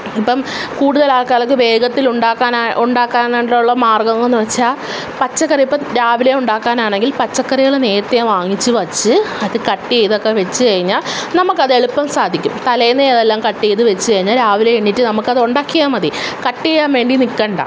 ഇപ്പം കൂടുതൽ ആൾക്കാർക്ക് വേഗത്തിലുണ്ടാക്കാനാ ഉണ്ടാക്കാനായിട്ടുള്ള മാർഗങ്ങളെന്ന് വെച്ചാൽ പച്ചക്കറിയിപ്പോൾ രാവിലെ ഉണ്ടാക്കാനാണെങ്കിൽ പച്ചക്കറികൾ നേരത്തെ വാങ്ങിച്ചു വച്ച് അത് കട്ട് ചെയ്തൊക്കെ വെച്ച്കഴിഞ്ഞാൽ നമുക്കത് എളുപ്പം സാധിക്കും തലേന്നേ അതെല്ലാം കട്ട് ചെയ്ത് വെച്ച് കഴിഞ്ഞാൽ രാവിലെ എണീറ്റ് നമുക്കത് ഉണ്ടാക്കിയാൽ മതി കട്ട് ചെയ്യാൻ വേണ്ടി നിൽക്കണ്ട